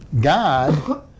God